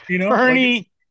Bernie